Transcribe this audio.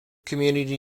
community